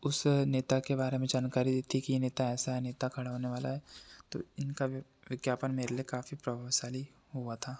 उस नेता के बारे में जानकारी दी थी कि ये नेता ऐसा है ये नेता खड़ा होने वाला है तो इनका भी विज्ञापन मेरे लिए काफ़ी प्रभावशाली हुआ था